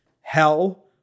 hell